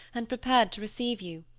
and prepared to receive you.